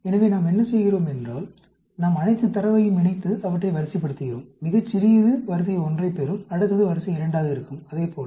எனவே நாம் என்ன செய்கிறோம் என்றால் நாம் அனைத்து தரவையும் இணைத்து அவற்றை வரிசைப்படுத்துகிறோம் மிகச் சிறியது வரிசை 1 ஐப் பெறும் அடுத்தது வரிசை 2 ஆக இருக்கும் அதைப்போல